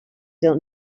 really